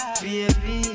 baby